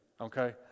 okay